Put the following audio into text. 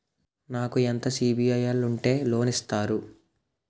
నాకు ఎంత సిబిఐఎల్ ఉంటే లోన్ ఇస్తారు?